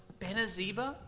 Benaziba